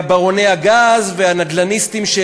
ברוני הגז והנדל"ניסטים.